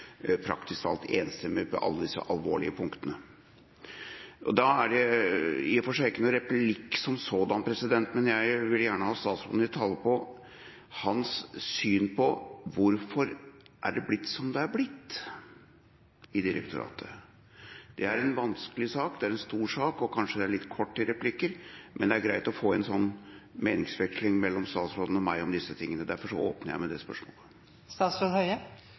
praktisk talt enstemmig – på alle disse alvorlige punktene. Det er i og for seg ikke noen replikk som sådan, men jeg vil gjerne ha statsråden i tale på hans syn på hvorfor det er blitt som det er blitt i direktoratet. Det er en vanskelig sak, det er en stor sak, og kanskje det er litt kort i replikker, men det er greit å få en sånn meningsveksling mellom statsråden og meg om disse tingene. Derfor åpner jeg med det